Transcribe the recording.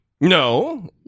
No